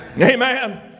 Amen